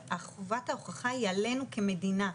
חובת ההוכחה היא עלינו כמדינה.